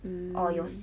mm